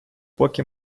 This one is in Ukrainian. поки